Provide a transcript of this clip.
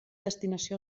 destinació